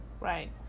Right